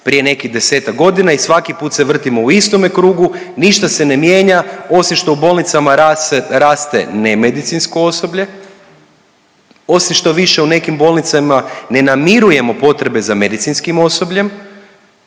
prije nekih desetak godina i svaki put se vrtimo u istome krugu, ništa se ne mijenja osim što u bolnicama raste nemedicinsko osoblje, osim što više u nekim bolnicama ne namirujemo potrebe za medicinskim osobljem